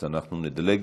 אז אנחנו נדלג.